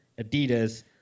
Adidas